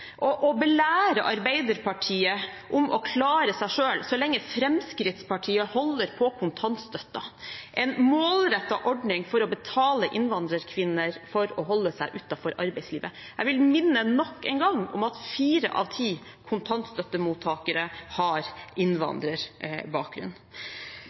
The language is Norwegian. Arbeiderpartiet om å klare seg selv, så lenge Fremskrittspartiet holder på kontantstøtten, en målrettet ordning for å betale innvandrerkvinner for å holde seg utenfor arbeidslivet. Jeg vil nok en gang minne om at fire av ti kontantstøttemottakere har